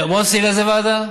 איזו ועדה?